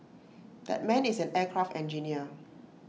that man is an aircraft engineer